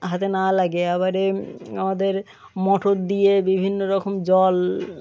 হাতে না লাগে আবার এই আমাদের মোটর দিয়ে বিভিন্ন রকম জল